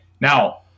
Now